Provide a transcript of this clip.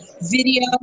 video